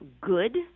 good